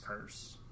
curse